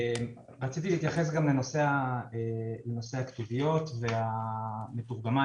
רציתי להתייחס גם לנושא הכתוביות והמתורגמן,